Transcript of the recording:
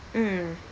mm